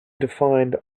defined